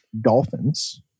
Dolphins